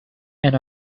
and